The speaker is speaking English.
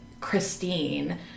Christine